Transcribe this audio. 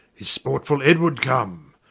is sportfull edward come?